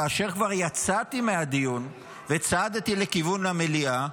כאשר כבר יצאתי מהדיון וצעדתי לכיוון המליאה,